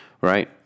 right